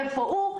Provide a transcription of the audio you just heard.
איפה הוא?